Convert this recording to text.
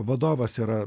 vadovas yra